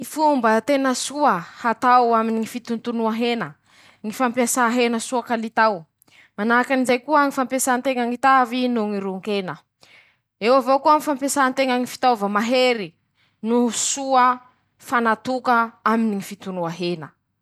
Ñy fomba hañamboarako ñy sakafo manahaky ñy aminy traño fisakafoana reñy moa<ptoa> ;an-trañonay añy: -Mampiasa aho akora avolenta manahaky fampiasan-drozy añy reñy, -Mañamboatsy aho sakafo aminy ñy fomba hafa, -Mampiasa aho sôsy manoka noho ñy hañitsy manoka manahaky fampiasàn-drozy añy reñy, amizay mba hafa ko'ei mba mitovitovy aminy ñ'añy reñe ndra i ro tsy hitovy tanteraky.